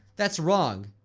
that's wrong